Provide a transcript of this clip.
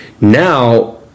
Now